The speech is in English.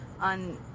on